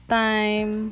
time